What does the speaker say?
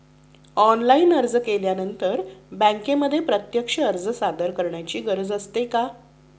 Online अर्ज केल्यानंतर बँकेमध्ये प्रत्यक्ष अर्ज सादर करायची गरज असते का?